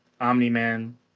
Omni-Man